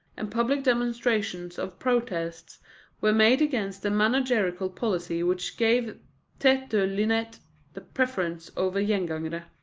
and public demonstrations of protest were made against the managerial policy which gave tete de linotte the preference over gengangere.